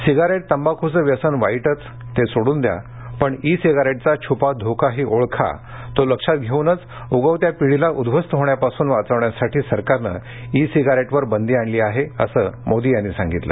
cigarette तंबाखूचं व्यसन वाईटच ते सोडून द्या पण ई सिगारेटचा छपा धोकाही ओळखा तो लक्षात घेऊनच उगवत्या पिढीला उध्वस्त होण्यापासून वाचवण्यासाठी सरकारनं ई सिगारेटवर बंदी आणली आहे असं मोदी यांनी सांगितलं